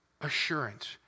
assurance